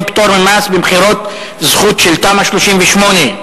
(פטור ממס שבח במתחם פינוי ובינוי),